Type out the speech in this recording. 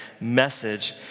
message